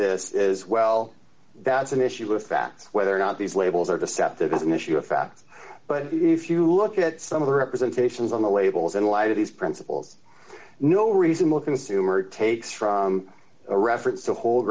this is well that's an issue of fact whether or not these labels are deceptive is an issue of fact but if you look at some of the representations on the labels in light of these d principles no reasonable consumer takes from a reference to whol